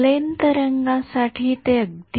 विद्यार्थी